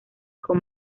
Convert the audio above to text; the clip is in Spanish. con